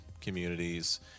communities